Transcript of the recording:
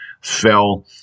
fell